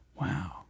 Wow